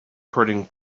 printing